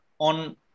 on